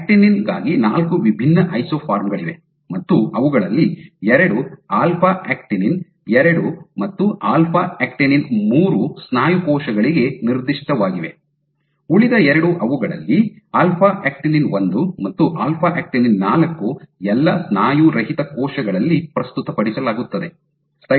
actinin ಗಾಗಿ ನಾಲ್ಕು ವಿಭಿನ್ನ ಐಸೋಫಾರ್ಮ್ ಗಳಿವೆ ಮತ್ತು ಅವುಗಳಲ್ಲಿ ಎರಡು ಆಲ್ಫಾ ಆಕ್ಟಿನಿನ್ ಎರಡು ಮತ್ತು ಆಲ್ಫಾ ಆಕ್ಟಿನಿನ್ ಮೂರು ಸ್ನಾಯು ಕೋಶಗಳಿಗೆ ನಿರ್ದಿಷ್ಟವಾಗಿವೆ ಉಳಿದ ಎರಡು ಅವುಗಳಲ್ಲಿ ಆಲ್ಫಾ ಆಕ್ಟಿನಿನ್ ಒಂದು ಮತ್ತು ಆಲ್ಫಾ ಆಕ್ಟಿನಿನ್ ನಾಲ್ಕು ಎಲ್ಲಾ ಸ್ನಾಯುರಹಿತ ಕೋಶಗಳಲ್ಲಿ ಪ್ರಸ್ತುತಪಡಿಸಲಾಗುತ್ತದೆ